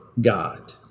God